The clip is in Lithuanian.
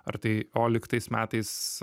ar tai o lyg tais metais